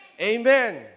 Amen